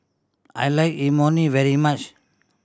I like Imoni very much